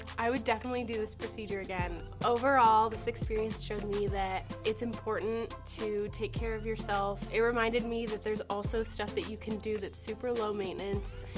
i would definitely do this procedure again. overall, this experience showed me that it's important to take care of yourself. it reminded me that there's also stuff that you can do that's super low maintenance.